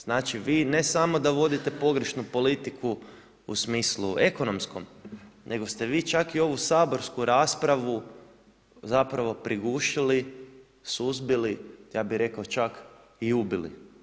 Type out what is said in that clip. Znači vi ne samo da vodite pogrešnu politiku u smislu ekonomskom, nego ste vi čak i ovu saborsku raspravu zapravo prigušili, suzbili, ja bih rekao čak i ubili.